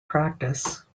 practice